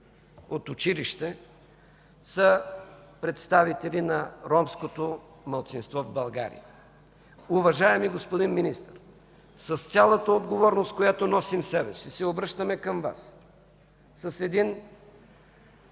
от училище са представители на ромското малцинство в България. Уважаеми господин Министър, с цялата отговорност, която носим в себе си, се обръщаме към Вас с един